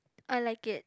I like it